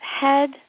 head